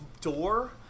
door